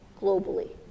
globally